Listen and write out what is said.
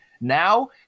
Now